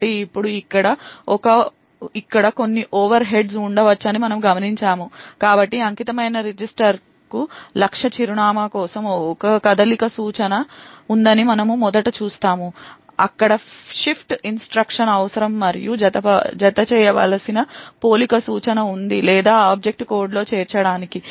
కాబట్టి ఇప్పుడు ఇక్కడ కొన్ని ఓవర్ హెడ్స్ ఉండవచ్చని మనము గమనించాము కాబట్టి అంకితమైన రిజిస్టర్కు లక్ష్య చిరునామా కోసం ఒక కదలిక సూచన ఉందని మనము మొదట చూస్తాము అక్కడ షిఫ్ట్ ఇన్స్ట్రక్షన్ అవసరం మరియు జతచేయవలసిన పోలిక సూచన ఉంది లేదా ఆబ్జెక్ట్ కోడ్లో చేర్చడానికి